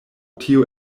tio